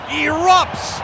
erupts